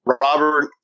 Robert